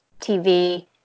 TV